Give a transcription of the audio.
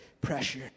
pressure